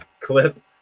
clip